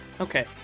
okay